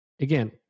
again